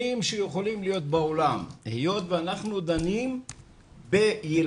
שיכולים להיות בעולם היות ואנחנו דנים בילדינו,